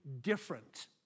different